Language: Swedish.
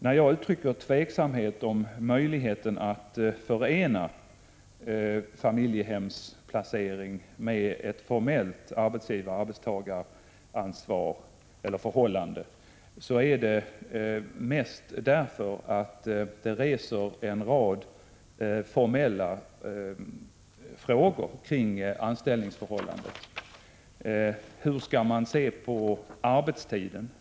När jag uttrycker tveksamhet beträffande möjligheten att förena familjehemsplacering med ett formellt arbetsgivaroch arbetstagarförhållande, gör jag det mest därför att det reses en rad formella frågor kring anställningsförhållandet. Hur skall man se på arbetstiden?